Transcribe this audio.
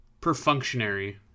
perfunctionary